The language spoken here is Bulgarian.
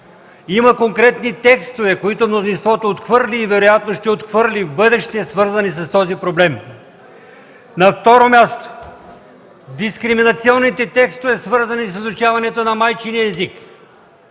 Има конкретни текстове, които мнозинството отхвърли и вероятно ще отхвърли и в бъдеще, свързани с този проблем. На второ място, дискриминационните текстове, свързани с изучаването на майчиния език.